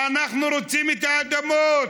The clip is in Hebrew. אנחנו רוצים את האדמות,